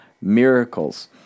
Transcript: miracles